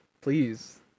please